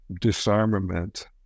disarmament